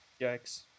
Yikes